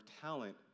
talent